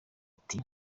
ati